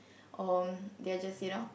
or they are just you know